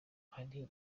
hari